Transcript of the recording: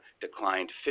declined